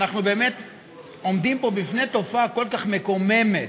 אנחנו עומדים פה בפני תופעה כל כך מקוממת,